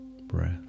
breath